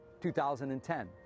2010